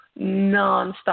nonstop